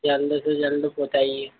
जल्दी से जल्दी पहुंचाइएगा